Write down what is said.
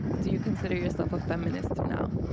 do you consider yourself a feminist now?